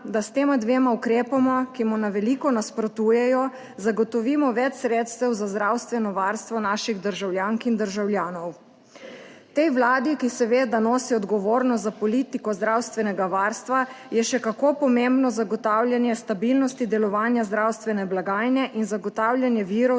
da s tema dvema ukrepoma, ki jima na veliko nasprotujejo, zagotovimo več sredstev za zdravstveno varstvo naših državljank in državljanov. Tej Vladi, ki seveda nosi odgovornost za politiko zdravstvenega varstva, je še kako pomembno zagotavljanje stabilnosti delovanja zdravstvene blagajne in zagotavljanje virov za